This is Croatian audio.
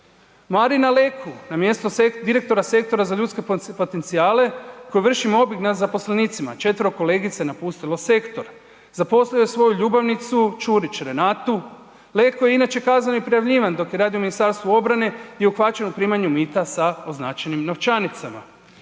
Marina Leku na mjesto direktora sektora za ljudske potencijale koji vrši mobing nad zaposlenicima, 4. kolegica je napustilo sektor. Zaposlio je svoju ljubavnicu Čurić Renatu. Leko je inače kazneno prijavljivan dok je radio u Ministarstvu obrane i uhvaćen je u primanju mita sa označenim novčanicama.